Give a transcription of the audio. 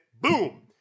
boom